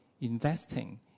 investing